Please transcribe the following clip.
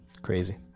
Crazy